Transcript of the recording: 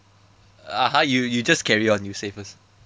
(uh huh) you you just carry on you say first